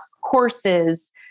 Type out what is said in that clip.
courses